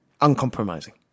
uncompromising